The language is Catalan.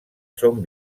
són